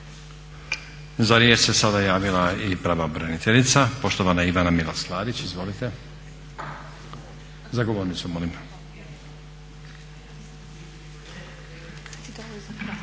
Za riječ se sada javila i pravobraniteljica. Poštovana Ivana Milas Klarić. Izvolite. vi imate